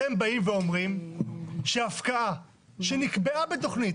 אתם אומרים שהפקעה שנקבעה בתוכנית,